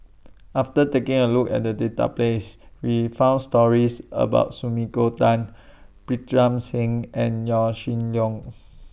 after taking A Look At The Database We found stories about Sumiko Tan Pritam Singh and Yaw Shin Leong